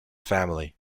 family